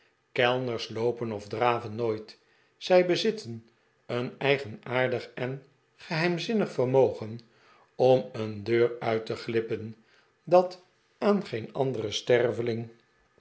kellners loopen of draven nooit zij bezitten een eigenaardig en geheimzinnig vermogen om een deur uit te glippen dat aan geen anderen sterveling